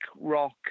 rock